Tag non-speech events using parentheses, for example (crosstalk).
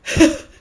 (laughs)